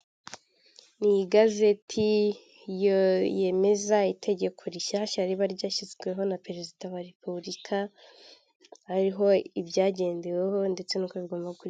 Mu igazeti yemeza itegeko rishyashya riba ryashyizweho na perezida wa repubulika hariho ibyagendeweho ndetse n'uko bigomba kujyenda.